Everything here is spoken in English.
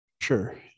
sure